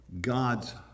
God's